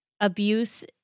abuse